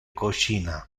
cocina